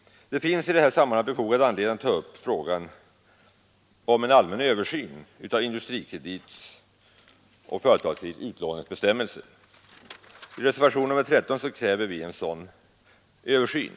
Det finns i det här sammanhanget befogad anledning att ta upp frågan om en allmän översyn av Industrikredits och Företagskredits utlåningsbestämmelser. I reservationen 13 kräver vi en sådan översyn.